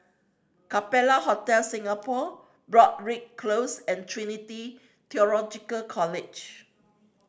Capella Hotel Singapore Broadrick Close and Trinity Theological College